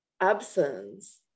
absence